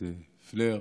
את פלר,